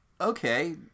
Okay